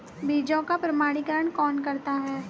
बीज का प्रमाणीकरण कौन करता है?